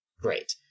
great